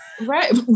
Right